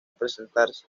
presentarse